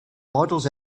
models